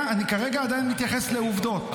אני כרגע עדיין מתייחס לעובדות.